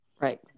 Right